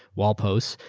wallpost,